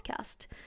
podcast